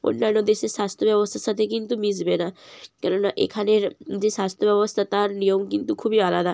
অন্যান্য দেশের স্বাস্ত্য ব্যবস্থার সাথে কিন্তু মিশবে না কেননা এখানের যে স্বাস্থ্য ব্যবস্থা তার নিয়ম কিন্তু খুবই আলাদা